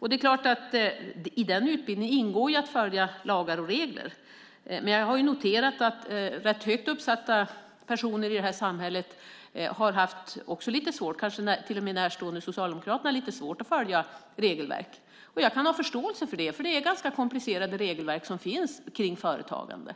Det är klart att det i den utbildningen ingår att följa lagar och regler. Men jag har noterat att rätt högt uppsatta personer i det här samhället, kanske till och med personer närstående Socialdemokraterna, också har haft lite svårt att följa regelverket. Och jag kan ha förståelse för det, för det är ganska komplicerade regelverk som finns kring företagande.